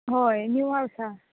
हय निव आसा